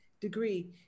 degree